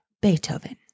Beethoven